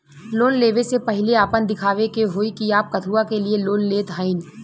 Loan ले वे से पहिले आपन दिखावे के होई कि आप कथुआ के लिए लोन लेत हईन?